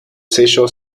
sello